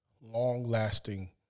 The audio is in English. long-lasting